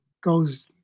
goes